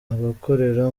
abakorera